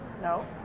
No